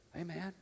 Amen